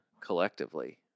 collectively